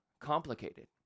complicated